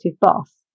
boss